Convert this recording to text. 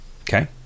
okay